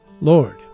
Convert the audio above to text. Lord